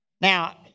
Now